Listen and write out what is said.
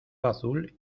azul